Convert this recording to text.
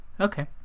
Okay